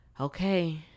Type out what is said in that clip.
okay